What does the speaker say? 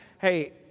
hey